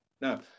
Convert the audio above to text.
Now